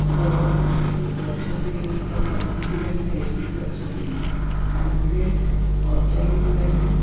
government जूं बसूं बि इअं त हलंदियूं आहिनि एस टी बसूं बि पाण खे पहुचाईंदियूं आहिनि